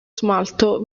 smalto